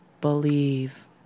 Believe